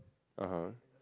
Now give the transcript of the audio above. (uh huh)